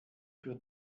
für